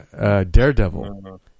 Daredevil